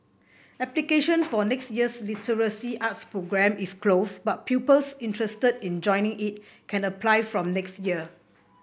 application for next year's literary arts programme is closed but pupils interested in joining it can apply from next year